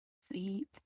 Sweet